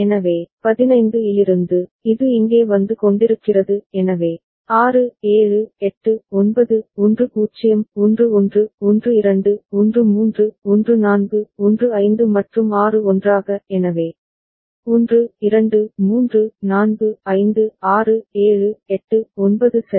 எனவே 15 இலிருந்து இது இங்கே வந்து கொண்டிருக்கிறது எனவே 6 7 8 9 10 11 12 13 14 15 மற்றும் 6 ஒன்றாக எனவே 1 2 3 4 5 6 7 8 9 சரி